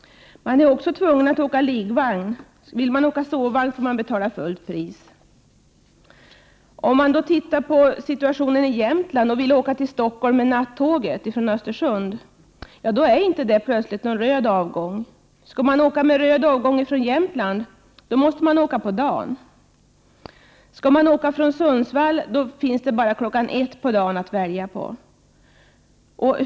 Man är också tvungen att åka liggvagn. Vill man åka sovvagn får man betala fullt pris. Om man däremot vill åka till Stockholm med nattåget från Östersund, finner man att det inte är någon röd avgång. Skall man åka med röd avgång från Jämtland, måste man ta dagtåget. Åker man från Sundsvall måste man åka kl. 13.00 på dagen.